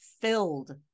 filled